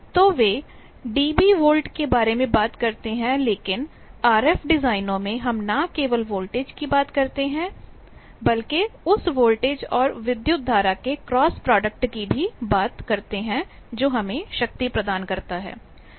तो वे dB volt के बारे में बात करते हैं लेकिन आरएफ डिज़ाइनों में हम न केवल वोल्टेज की बात करते हैं बल्कि उस वोल्टेज और विद्युत धारा के क्रॉस प्रोडक्ट की भी बात करते हैं जो हमें शक्ति प्रदान करता है